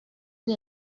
این